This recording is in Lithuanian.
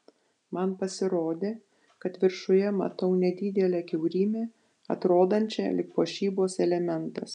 man pasirodė kad viršuje matau nedidelę kiaurymę atrodančią lyg puošybos elementas